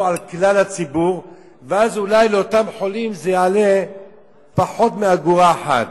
על כלל הציבור ואולי לאותם חולים זה יעלה פחות מאגורה אחת.